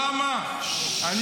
לא צריך לקדם חוק, יש חוק.